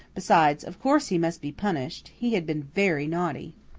besides, of course he must be punished he had been very naughty.